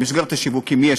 במסגרת השיווקים יש,